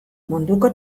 munduko